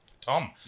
Tom